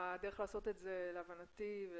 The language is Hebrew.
להבנתי הדרך לעשות את זה,